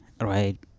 right